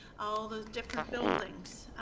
all those different buildings,